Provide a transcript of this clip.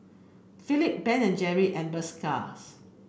Philip Ben and Jerry and